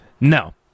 No